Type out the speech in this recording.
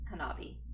Hanabi